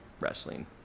wrestling